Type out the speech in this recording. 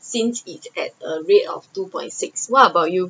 since it at a rate of two point six what about you